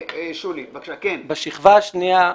בשכבה השנייה,